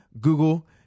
Google